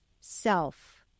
self